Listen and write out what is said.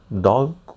dog